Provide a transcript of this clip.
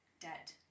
debt